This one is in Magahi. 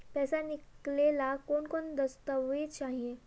पैसा निकले ला कौन कौन दस्तावेज चाहिए?